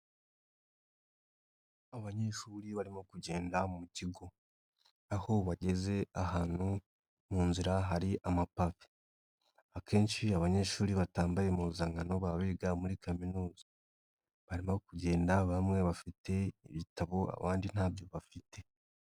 Abanyeshuri barimo kugenda mu kigo aho bageze ahantu mu nzira hari amapave akenshi abanyeshuri batambaye impuzankano baba biga muri kaminuza, barimo kugenda bamwe bafite ibitabo abandi ntabyo bafite.